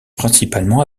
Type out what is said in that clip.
principalement